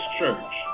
Church